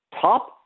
top